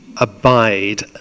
abide